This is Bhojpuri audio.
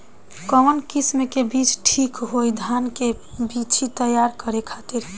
कवन किस्म के बीज ठीक होई धान के बिछी तैयार करे खातिर?